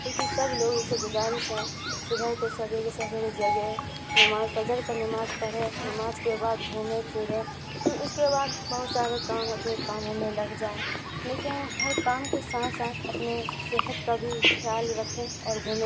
لیکن سب لوگ اسے گزارش ہے صبح کو سویرے سویرے جگے نماز فجر کا نماز پڑھے نماز کے بعد گھومے پھرے پھر اس کے بعد بہت سارے کام اپنے کاموں میں لگ جائے لیکن ہر کام کے ساتھ ساتھ اپنے صحت کا بھی خیال رکھے اور گھومے